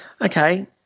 Okay